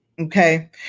okay